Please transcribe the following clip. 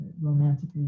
romantically